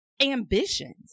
ambitions